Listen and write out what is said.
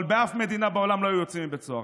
אבל באף מדינה בעולם לא היו יוצאים מבית סוהר.